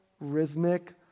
rhythmic